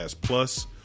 plus